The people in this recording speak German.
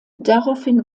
daraufhin